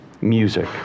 music